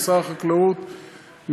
ממשרד החקלאות,